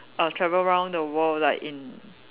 err travel round the world like in